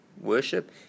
worship